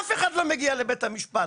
אף אחד לא מגיע לבית המשפט,